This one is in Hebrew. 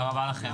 תודה רבה לכם.